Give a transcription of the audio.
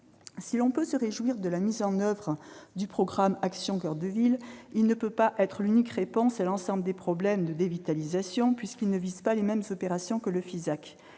Si l'on peut se réjouir de la mise en oeuvre du plan « Action coeur de ville », il ne peut être l'unique réponse à l'ensemble des problèmes de dévitalisation, puisqu'il ne vise pas les mêmes opérations que le FISAC